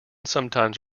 sometimes